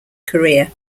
career